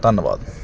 ਧੰਨਵਾਦ